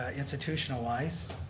ah institutional wise,